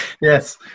yes